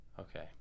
Okay